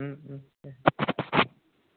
उम उम दे